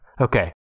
Okay